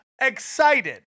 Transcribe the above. excited